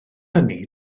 hynny